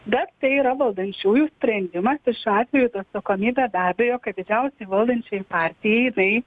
bet tai yra valdančiųjų sprendimas ir šiuo atveju ta atsakomybė be abejo kad didžiausiai valdančiajai partijai jinai